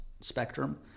spectrum